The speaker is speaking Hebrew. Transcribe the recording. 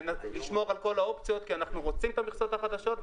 לשמור על כל האופציות כי אנחנו רוצים את המכסות החדשות.